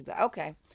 Okay